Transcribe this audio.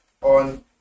on